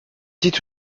dites